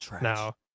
Now